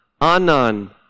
Anan